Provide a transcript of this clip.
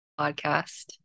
podcast